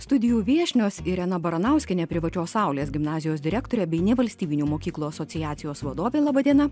studijų viešnios irena baranauskienė privačios saulės gimnazijos direktorė bei nevalstybinių mokyklų asociacijos vadovė laba diena